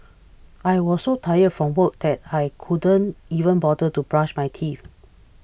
I was so tired from work that I couldn't even bother to brush my teeth